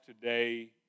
today